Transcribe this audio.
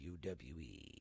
WWE